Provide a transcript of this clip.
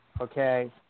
Okay